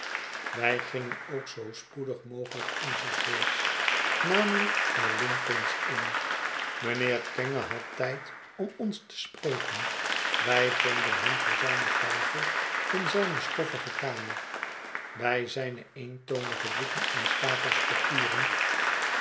wij gingen ook zoo spoedig mogelijk onzes weegs namelijk naar lincoln's inn mijnheer kenge had tijd om ons te spreken wij vonden hem voor zijne tafel in zijne stoffige kamer bij zijne eentonige boeken en stapels papieren